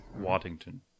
Waddington